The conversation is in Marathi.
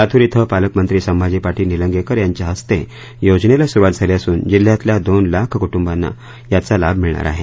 लातूर इथं पालकमंत्री संभाजी पाटील निलंगेकर यांच्या हस्ते योजनेला सुरुवात झाली असून जिल्ह्यातल्या दोन लाख कुटुंबांना याचा लाभ मिळणार आहे